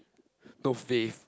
no faith